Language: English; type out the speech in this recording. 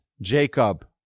Jacob